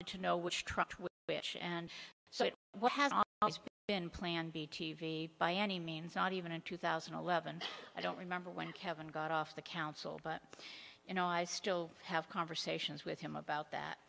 truck with which and so what has been plan b t v by any means not even in two thousand and eleven i don't remember when kevin got off the council but you know i still have conversations with him about that